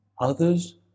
Others